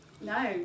No